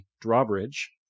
drawbridge